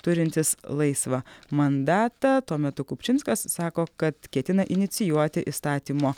turintis laisvą mandatą tuo metu kupčinskas sako kad ketina inicijuoti įstatymo